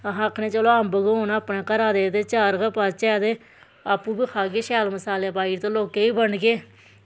अस आखने चलो अम्ब गै होन अपनै घरा दे ते चार गै पाच्चै ते आपैं बी खैह्गे शैल मसाले पाईयै ते लोकें गी बी बंडगे